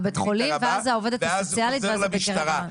ואז זה חוזר למשטרה.